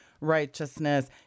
righteousness